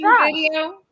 video